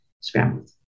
scrambled